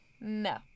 no